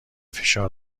فشار